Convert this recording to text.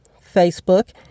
Facebook